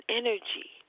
energy